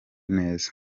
neza